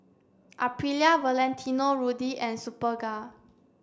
Aprilia Valentino Rudy and Superga